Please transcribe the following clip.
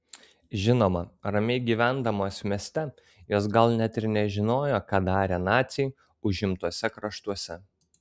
žinoma ramiai gyvendamos mieste jos gal net ir nežinojo ką darė naciai užimtuose kraštuose